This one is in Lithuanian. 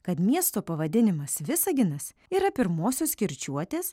kad miesto pavadinimas visaginas yra pirmosios kirčiuotės